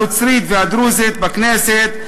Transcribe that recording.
הנוצרית והדרוזית בכנסת,